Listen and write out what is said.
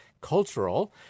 cultural